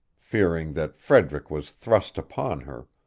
fearing that frederick was thrust upon her,